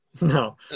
No